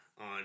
on